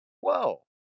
whoa